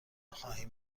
خواهیم